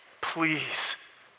Please